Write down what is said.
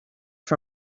for